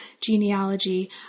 genealogy